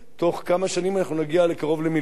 בתוך כמה שנים אנחנו נגיע לקרוב למיליון.